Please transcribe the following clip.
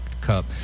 Cup